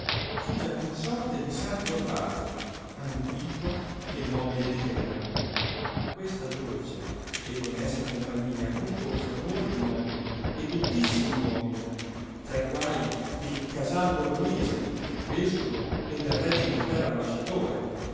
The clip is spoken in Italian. fu già consorte di santo orbat antico e nobile di crema a questa dolce ed onesta compagnia concorsero molti nobili e dottissimi uomini tra quai il casal bolognese vescovo e del re d inghilterra ambasciatore